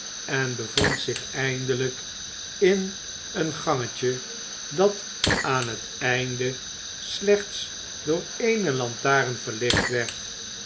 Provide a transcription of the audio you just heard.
en bevond zich eindelijk in een gangetje dat aan het einde slechts door ééne lantaren verlicht werd